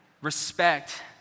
respect